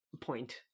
point